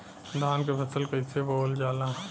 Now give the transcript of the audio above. धान क फसल कईसे बोवल जाला?